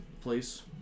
place